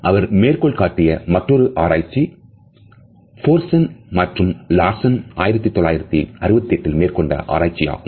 அவர் மேற்கோள் காட்டிய மற்றொரு ஆராய்ச்சி போட்சன் மற்றும் லார்சன் 1968ல் மேற்கொண்ட ஆராய்ச்சியாகும்